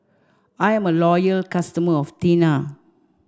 I am a loyal customer of Tena